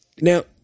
now